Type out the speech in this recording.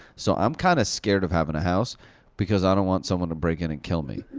so i'm kind of scared of having a house because i don't want someone to break in and kill me.